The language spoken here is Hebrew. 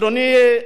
אדוני,